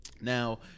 Now